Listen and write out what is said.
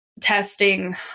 testing